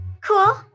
Cool